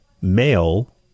male